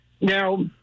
Now